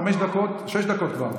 חמש דקות, שש דקות כבר.